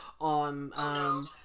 on